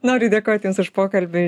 noriu dėkoti jums už pokalbį